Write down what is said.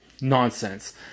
nonsense